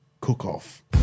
cook-off